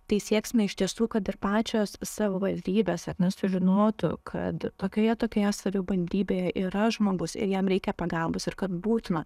tai sieksime iš tiesų kad ir pačios savivaldybės ar ne sužinotų kad tokioje tokioje savibandybėje yra žmogus ir jam reikia pagalbos ir kad būtina